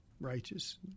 righteous